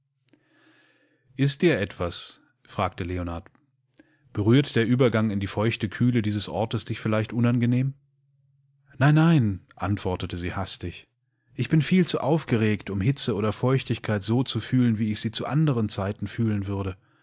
ist dir etwas fragte leonard berührt der übergang in die feuchte kühle dieses ortesdichvielleichtunangenehm nein nein antwortete sie hastig ich bin viel zu aufgeregt um hitze oder feuchtigkeit so zu fühlen wie ich sie zu andern zeiten fühlen würde